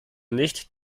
nicht